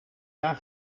jaar